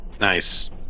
nice